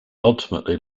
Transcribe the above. ultimately